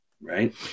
right